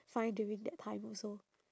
find during that time also